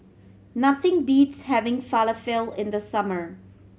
nothing beats having Falafel in the summer